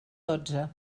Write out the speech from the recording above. dotze